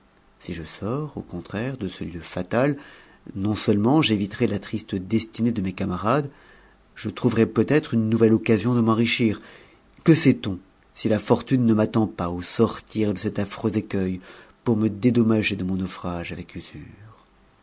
si je sors au contraire de ce lieu ata no seulement j'éviterai la triste destinée de mes camarades je trouve peut-être une nouvelle occasion de m'enrichir que sait-on si la m ne m'attend pas au sortir de cet affreux écuei pour me dédomh f mon naufrage avec usure